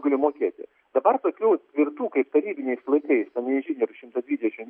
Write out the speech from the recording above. galiu mokėti dabar tokių tvirtų kaip tarybiniais laikais ten inžinierių šimtas dvidešimt